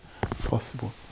possible